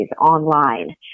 online